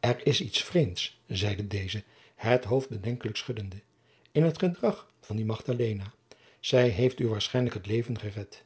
er is iets vreemds zeide deze het hoofd bedenkelijk schuddende in het gedrag van die magdalena zij heeft u waarschijnlijk het leven gered